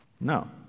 No